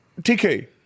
TK